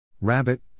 Rabbit